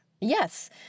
Yes